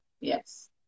Yes